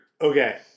Okay